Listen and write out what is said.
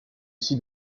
aussi